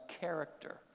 character